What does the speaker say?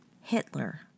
Hitler